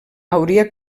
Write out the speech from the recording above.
hauria